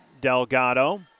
Delgado